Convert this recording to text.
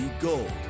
gold